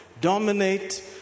dominate